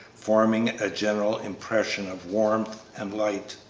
forming a general impression of warmth and light.